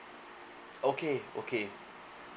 okay okay